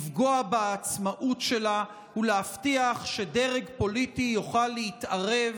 לפגוע בעצמאות שלה ולהבטיח שדרג פוליטי יוכל להתערב